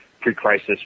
pre-crisis